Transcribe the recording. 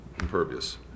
impervious